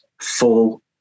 full